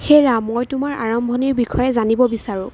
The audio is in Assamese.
হেৰা মই তোমাৰ আৰম্ভণিৰ বিষয়ে জানিব বিচাৰোঁ